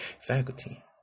Faculty